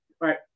right